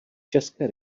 české